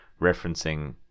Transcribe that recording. referencing